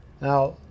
Now